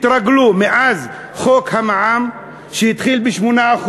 התרגלו, מאז חוק המע"מ, שהתחיל ב-8%,